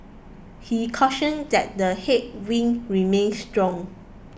he cautioned that the headwinds remain strong